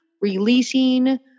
releasing